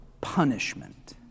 punishment